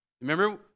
Remember